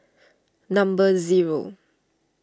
number zero